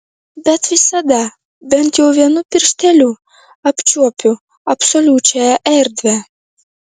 bet visada bent jau vienu piršteliu apčiuopiu absoliučiąją erdvę